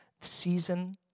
season